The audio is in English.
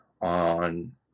on